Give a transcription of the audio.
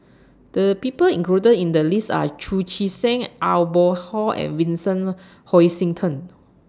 The People included in The list Are Chu Chee Seng Aw Boon Haw and Vincent Hoisington